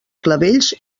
clavells